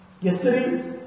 Yesterday